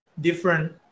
different